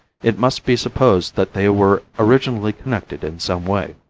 it must be supposed that they were originally connected in some way.